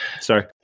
Sorry